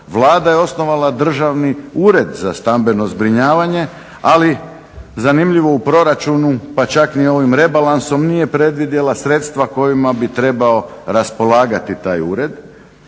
Vlada je osnovala Državni ured za stambeno zbrinjavanje, ali zanimljivo u proračunu, pa čak ni ovim rebalansom nije predvidjela sredstva kojima bi trebao raspolagati taj ured